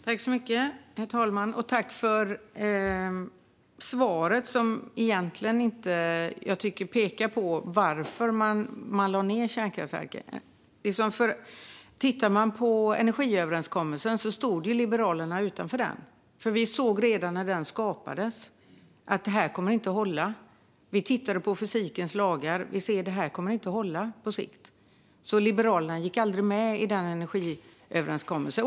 Herr talman! Jag tackar för svaret, som jag egentligen inte tycker pekar på varför man lade ned kärnkraftverken. Vi i Liberalerna stod utanför energiöverenskommelsen därför att vi redan när den skapades såg att den inte skulle hålla. Vi tittade på fysikens lagar och såg att det inte skulle hålla på sikt, så Liberalerna gick aldrig med i energiöverenskommelsen.